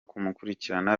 kumukurikirana